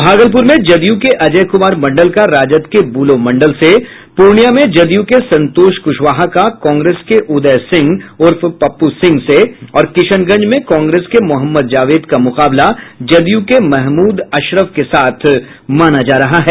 भागलपुर में जदयू के अजय कुमार मंडल का राजद के बुलो मंडल से पूर्णियां में जदयू के संतोष कुशवाहा का कांग्रेस के उदय सिंह उर्फ पप्पू सिंह से और किशनगंज में कांग्रेस के मोहम्मद जावेद का मुकाबला जदयू के महमूद अशरफ के साथ माना जा रहा है